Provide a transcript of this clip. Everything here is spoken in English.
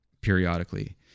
periodically